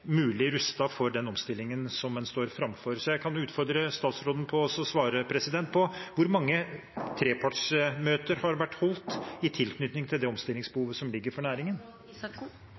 for den omstillingen en står framfor. Jeg kan utfordre statsråden til å svare på følgende: Hvor mange trepartsmøter har vært holdt i tilknytning til det omstillingsbehovet som foreligger for næringen?